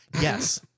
Yes